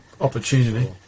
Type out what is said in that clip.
opportunity